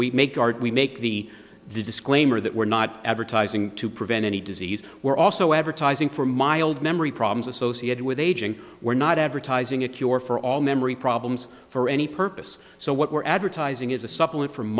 we make art we make the disclaimer that we're not advertising to prevent any disease we're also advertising for mild memory problems associated with aging we're not advertising a cure for all memory problems for any purpose so what we're advertising is a supplement f